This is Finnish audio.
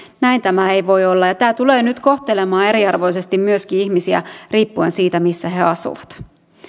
tämä ei voi olla ja tämä tulee nyt kohtelemaan eriarvoisesti myöskin ihmisiä riippuen siitä missä he asuvat